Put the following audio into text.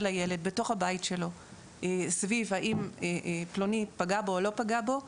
הילד בתוך הבית שלו סביב האם פלוני פגע בו או לא פגע בו,